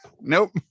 nope